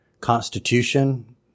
constitution